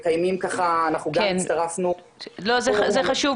זה חשוב.